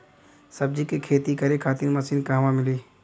सब्जी के खेती करे खातिर मशीन कहवा मिली?